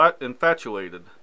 infatuated